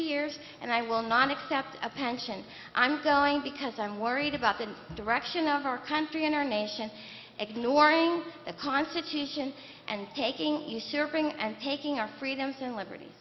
years and i will not accept a pension i'm going because i'm worried about the direction of our country and our nation ignoring the constitution and taking usurping and taking our freedoms and liberties